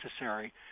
necessary